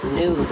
new